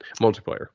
multiplayer